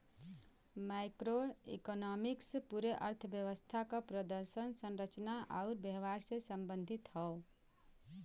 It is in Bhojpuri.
मैक्रोइकॉनॉमिक्स पूरे अर्थव्यवस्था क प्रदर्शन, संरचना आउर व्यवहार से संबंधित हौ